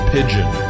Pigeon